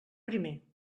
primer